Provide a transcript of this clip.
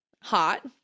hot